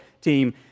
team